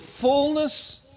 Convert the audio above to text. fullness